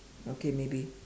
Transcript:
okay maybe